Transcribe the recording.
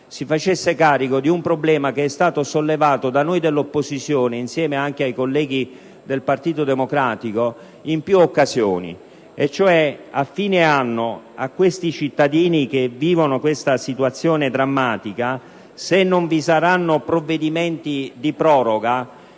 si facesse carico di un problema che è stato sollevato da noi dell'opposizione, insieme ai colleghi del Partito Democratico, in più occasioni. A fine anno, ai cittadini che vivono questa situazione drammatica, se non vi saranno provvedimenti di proroga,